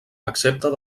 excepte